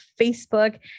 Facebook